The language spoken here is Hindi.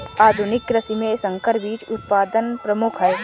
आधुनिक कृषि में संकर बीज उत्पादन प्रमुख है